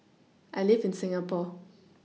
I live in Singapore